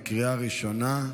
בקריאה ראשונה.